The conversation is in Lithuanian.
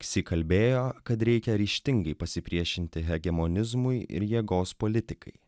ksi kalbėjo kad reikia ryžtingai pasipriešinti hegemonizmui ir jėgos politikai